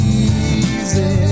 easy